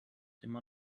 immer